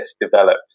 developed